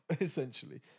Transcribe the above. essentially